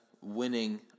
winning